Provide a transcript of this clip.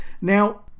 Now